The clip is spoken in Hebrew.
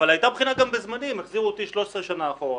אבל היתה בחינה גם בזמני הם החזירו אותי 13 שנה אחורה